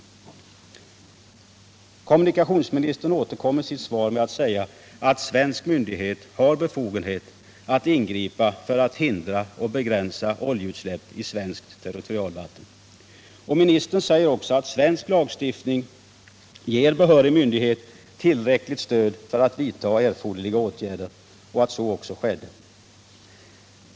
stR Kommunikationsministern återkom i sitt svar till att svensk myndighet Om befogenheten har befogenhet att ingripa för att hindra och begränsa oljeutsläpp i svenskt — för svensk myndigterritorialvatten. Statsrådet säger också att svensk lagstiftning ger behörig — het att ingripa mot myndighet tillräckligt stöd för att vidta erforderliga åtgärder, och att så = oljeutsläpp i svenskt också skedde.